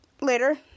later